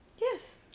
Yes